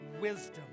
wisdom